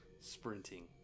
Sprinting